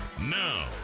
Now